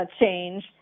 change